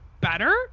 better